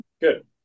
Good